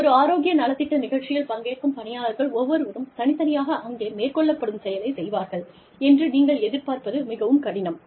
ஒரு ஆரோக்கிய நலத்திட்ட நிகழ்ச்சியில் பங்கேற்கும் பணியாளர்கள் ஒவ்வொருவரும் தனித்தனியாக அங்கே மேற்கொள்ளப்படும் செயலை செய்வார்கள் என்று நீங்கள் எதிர்பார்ப்பது மிகவும் கடினம்